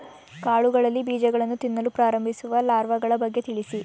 ಕಾಳುಗಳಲ್ಲಿ ಬೀಜಗಳನ್ನು ತಿನ್ನಲು ಪ್ರಾರಂಭಿಸುವ ಲಾರ್ವಗಳ ಬಗ್ಗೆ ತಿಳಿಸಿ?